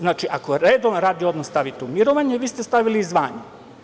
Znači, ako redovan radni odnos stavite u mirovanje, vi ste stavili i zvanje.